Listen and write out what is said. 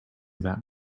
that